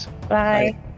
Bye